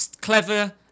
clever